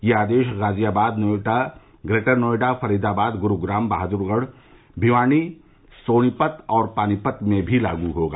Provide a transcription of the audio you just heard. ये आदेश गाजियाबाद नोएडा ग्रेटर नोएडा फरीदाबाद गुरूग्राम बहादुरगढ़ भिवाड़ी सोनीपत और पानीपत में भी लागू होगा